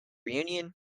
reunion